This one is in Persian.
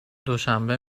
دوشنبه